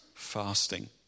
fasting